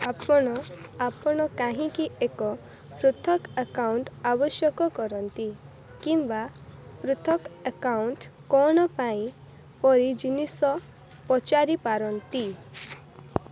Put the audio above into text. ଆପଣ ଆପଣ କାହିଁକି ଏକ ପୃଥକ ଆକାଉଣ୍ଟ ଆବଶ୍ୟକ କରନ୍ତି କିମ୍ବା ପୃଥକ ଆକାଉଣ୍ଟ କ'ଣ ପାଇଁ ପରି ଜିନିଷ ପଚାରିପାରନ୍ତି